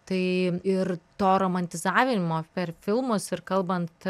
tai ir to romantizavimo per filmus ir kalbant